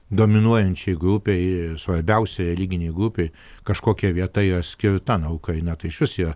dominuojančiai grupei svarbiausiai religinei grupei kažkokia vieta yra skirta na ukraina tai išvis yra